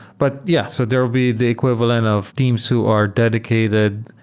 but yeah, so they'll be the equivalent of teams who are dedicated,